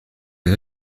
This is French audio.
est